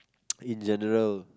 in general